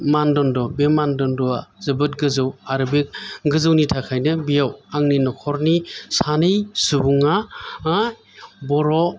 मानदान्दा बे मानदान्दाया जोबोद गोजौ आरो बे गोजौनि थाखायनो बेयाव आंनि नखरनि सानै सुबुङा बर'